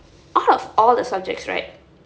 out of all the subjects right